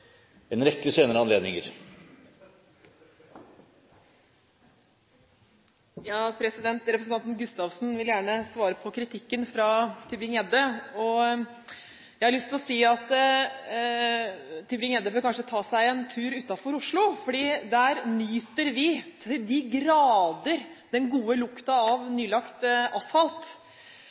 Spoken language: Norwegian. en rekke senere anledninger. President! Representanten Gustavsen vil gjerne svare på kritikken fra Tybring-Gjedde. Jeg har lyst til å si at Tybring-Gjedde kanskje bør ta seg en tur utenfor Oslo, for der nyter vi til de grader den gode lukta av nylagt asfalt.